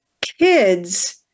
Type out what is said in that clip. kids